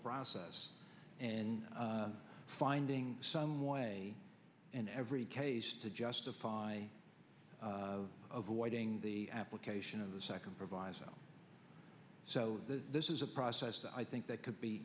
process and finding some way in every case to justify of avoiding the application of the second proviso so this is a process i think that could be